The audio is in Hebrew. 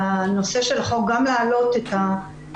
לנושא של החוק וגם להעלות את הנקודה.